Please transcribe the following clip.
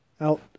out